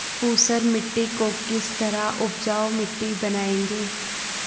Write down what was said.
ऊसर मिट्टी को किस तरह उपजाऊ मिट्टी बनाएंगे?